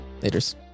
laters